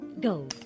Go